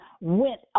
went